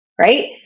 Right